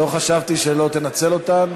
לא חשבתי שלא תנצל אותן,